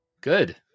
Good